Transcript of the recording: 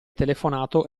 telefonato